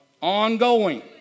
Ongoing